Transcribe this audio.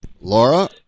Laura